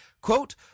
Quote